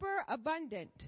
superabundant